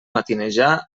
matinejar